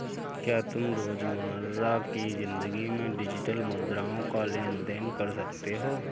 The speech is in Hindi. क्या तुम रोजमर्रा की जिंदगी में डिजिटल मुद्राओं का लेन देन कर सकते हो?